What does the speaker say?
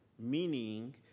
Meaning